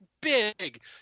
big